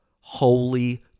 holy